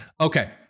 Okay